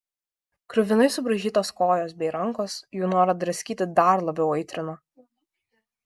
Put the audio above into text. kruvinai subraižytos kojos bei rankos jų norą draskyti dar labiau aitrino